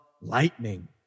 lightning